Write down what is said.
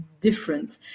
different